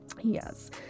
yes